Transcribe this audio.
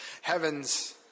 heavens